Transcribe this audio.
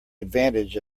advantage